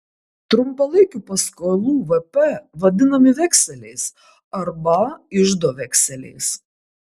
trumpalaikių paskolų vp vadinami vekseliais arba iždo vekseliais